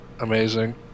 amazing